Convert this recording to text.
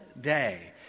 day